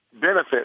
benefit